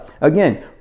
Again